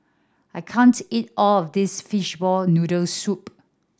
I can't eat all of this fishball noodle soup